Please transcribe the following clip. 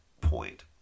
point